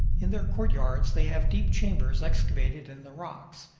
in their courtyards they have deep chambers excavated in the rocks.